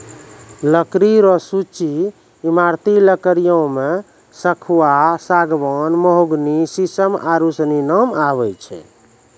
लकड़ी रो सूची ईमारती लकड़ियो मे सखूआ, सागमान, मोहगनी, सिसम आरू सनी नाम आबै छै